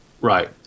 Right